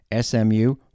SMU